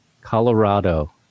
Colorado